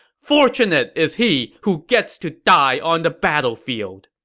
fortunate is he who gets to die on the battlefield!